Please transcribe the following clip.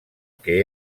que